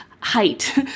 Height